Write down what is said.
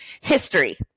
history